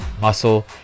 muscle